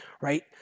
right